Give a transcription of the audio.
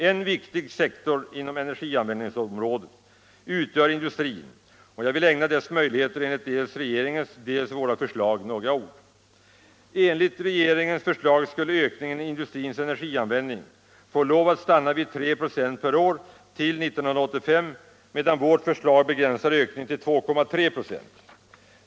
En viktig sektor inom energianvändningsområdet utgör industrin, och jag vill ägna dess möjligheter enligt dels regeringens, dels våra förslag några ord. Enligt regeringens förslag skulle ökningen i industrins energianvändning få lov att stanna vid 3 96 per år till 1985, medan vårt förslag begränsar ökningen till 2,3 26.